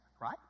right